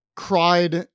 cried